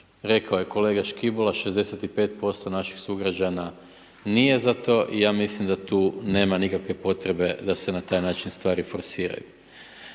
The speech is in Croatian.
Rekao je kolega Škibola, 65% naših sugrađana nije za to i ja mislim da tu nema nikakve potrebe da se na taj način stvari forsiraju.